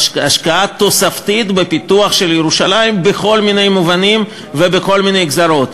השקעה תוספתית בפיתוח של ירושלים בכל מיני מובנים ובכל מיני גזרות.